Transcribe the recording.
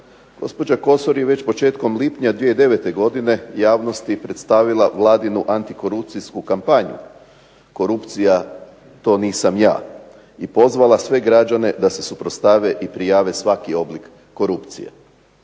Gospođa Kosor je već početkom lipnja 2009. godine javnosti predstavila vladinu antikorupcijsku kampanju. "Korupcija to nisam ja" i pozvala sve građane da se suprotstave i prijave svaki oblik korupcije.